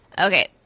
Okay